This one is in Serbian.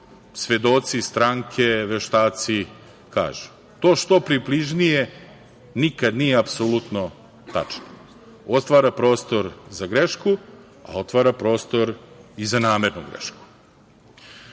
svedoci, stranke, veštaci kažu. To što približnije nikada nije apsolutno tačno, otvara prostor za grešku, a otvara prostor i za namernu grešku. Ja